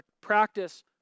practice